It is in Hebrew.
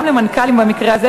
גם למנכ"לים במקרה הזה,